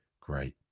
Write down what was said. great